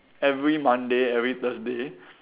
every Monday every Thursday